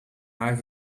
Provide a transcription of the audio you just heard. haar